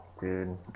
dude